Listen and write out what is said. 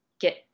get